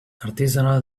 artisanal